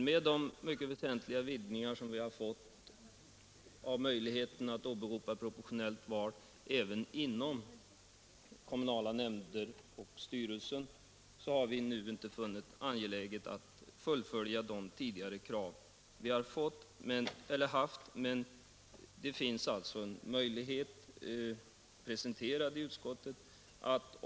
Med de mycket väsentliga vidgningar som vi har fått när det gäller möjligheten att åberopa proportionellt val även inom kommunala nämnder och styrelser har vi inte nu funnit det angeläget att fullfölja de krav vi tidigare haft. Men det har alltså presenterats en möjlig lösning i utskottet.